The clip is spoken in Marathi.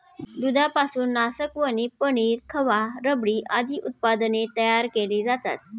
दुधापासून नासकवणी, पनीर, खवा, रबडी आदी उत्पादने तयार केली जातात